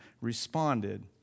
responded